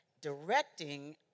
directing